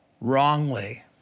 wrongly